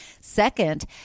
Second